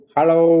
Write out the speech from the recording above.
Hello